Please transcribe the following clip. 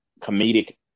comedic